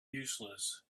useless